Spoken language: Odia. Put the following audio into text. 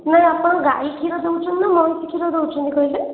ନାଇଁ ଆପଣ ଗାଈ କ୍ଷୀର ଦେଉଛନ୍ତି ନା ମଇଁଷି କ୍ଷୀର ଦେଉଛନ୍ତି କହିଲେ